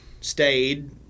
stayed